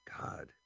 god